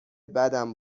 بدم